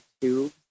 two